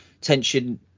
Tension